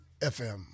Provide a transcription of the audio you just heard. FM